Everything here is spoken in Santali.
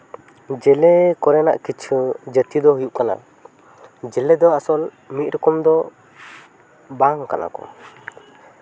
ᱡᱮᱞᱮ ᱠᱚᱨᱮᱱᱟᱜ ᱠᱤᱪᱷᱩ ᱡᱟᱹᱛᱤ ᱫᱚ ᱦᱩᱭᱩᱜ ᱠᱟᱱᱟ ᱡᱮᱞᱮ ᱫᱚ ᱟᱥᱚᱞ ᱢᱤᱫ ᱨᱚᱠᱚᱢ ᱫᱚ ᱵᱟᱝ ᱠᱟᱱᱟ ᱠᱚ